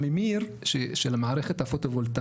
מאשר שהם לא יקומו בכלל,